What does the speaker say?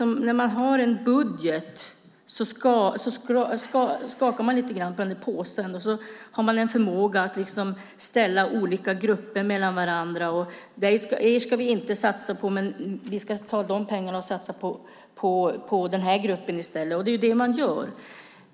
Man har en budget och skakar på påsen och ställer olika grupper mot varandra och säger: Er ska vi inte satsa på, utan vi tar pengarna och satsar på en annan grupp i stället.